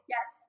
Yes